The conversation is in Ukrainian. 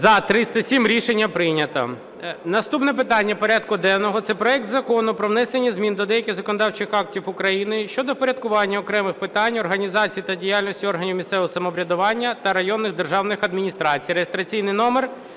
За-307 Рішення прийнято. Наступне питання порядку денного – це проект Закону про внесення змін до деяких законодавчих актів України щодо впорядкування окремих питань організації та діяльності органів місцевого самоврядування та районних державних адміністрацій (реєстраційний номер